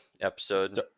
episode